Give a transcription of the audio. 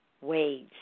wage